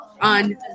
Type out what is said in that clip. on